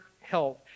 health